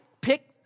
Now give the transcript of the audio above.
pick